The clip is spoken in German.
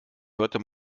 hörte